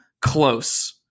close